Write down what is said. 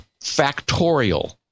factorial